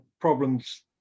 problems